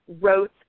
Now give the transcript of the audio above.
wrote